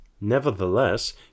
Nevertheless